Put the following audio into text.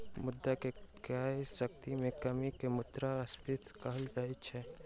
मुद्रा के क्रय शक्ति में कमी के मुद्रास्फीति कहल जाइत अछि